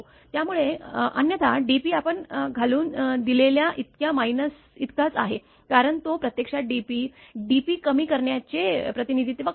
त्यामुळे अन्यथा dp आपण घालून दिलेल्या इतक्या मायनसइतकाच आहे कारण तो प्रत्यक्षात dp dp कमी करण्याचे प्रतिनिधित्व करतो